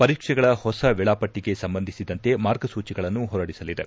ಪರೀಕ್ಷೆಗಳ ಹೊಸ ವೇಳಾಪಟ್ಟಿಗೆ ಸಂಬಂಧಿಸಿದಂತೆ ಮಾರ್ಗಸೂಚಿಗಳನ್ನು ಹೊರಡಿಸಲಿದೆ